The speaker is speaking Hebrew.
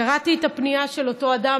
קראתי את הפנייה של אותו אדם,